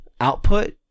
output